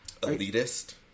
elitist